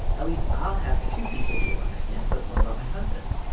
at least i'll have two people who will understand. but what about my husband?